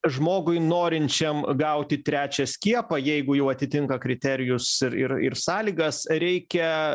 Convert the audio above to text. žmogui norinčiam gauti trečią skiepą jeigu jau atitinka kriterijus ir ir ir sąlygas reikia